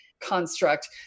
construct